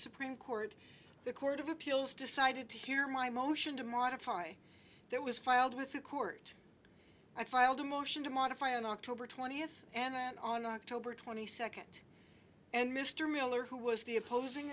supreme court the court of appeals decided to hear my motion to modify that was filed with a court i filed a motion to modify on october twentieth and on october twenty second and mr miller who was the opposing